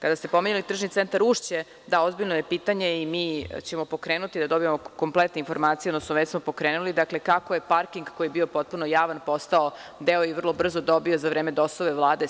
Kad ste pominjali Tržni centar „Ušće“, da, ozbiljno je pitanje i mi ćemo pokrenuti da dobijemo kompletnu informaciju, odnosno već smo pokrenuli, dakle, kako je parking koji je bio potpuno javan postao deo i vrlo brzo dobio za vreme DOS-ove Vlade